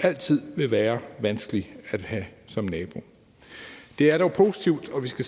altid vil være vanskelige at have som nabo. Det er dog positivt, og vi skal